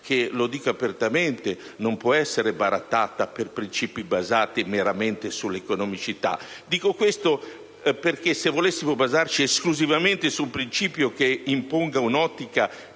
che - lo dico apertamente - non può essere barattata per principi basati meramente sull'economicità. Dico questo perché, se volessimo basarci esclusivamente su un principio che imponga un'ottica